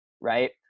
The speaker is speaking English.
right